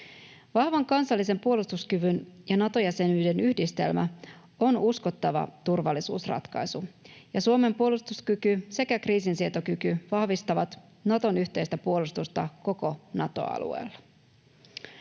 Vahvan kansallisen puolustuskyvyn ja Nato-jäsenyyden yhdistelmä on uskottava turvallisuusratkaisu, ja Suomen puolustuskyky sekä kriisinsietokyky vahvistavat Naton yhteistä puolustusta koko Nato-alueella.